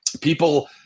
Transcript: People